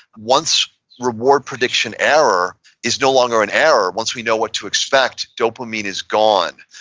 once reward prediction error is no longer an error, once we know what to expect, dopamine is gone,